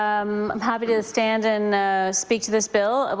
um i'm happy to stand and speak to this bill. but